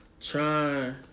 Trying